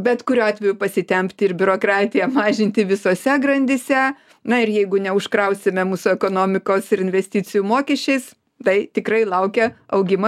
bet kuriuo atveju pasitempti ir biurokratiją mažinti visose grandyse na ir jeigu neužkrausime mūsų ekonomikos ir investicijų mokesčiais tai tikrai laukia augimo